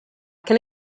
can